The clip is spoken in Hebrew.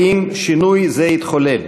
האם שינוי זה התחולל?